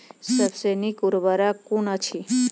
सबसे नीक उर्वरक कून अछि?